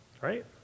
right